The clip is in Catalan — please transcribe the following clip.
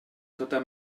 tota